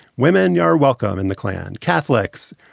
women yeah are welcome in the klan. catholics,